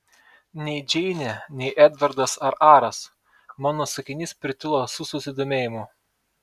nei džeinė nei edvardas ar aras mano sakinys pritilo su susidomėjimu